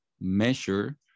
measure